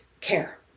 care